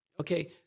okay